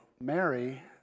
Mary